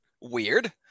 Weird